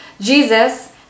Jesus